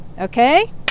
okay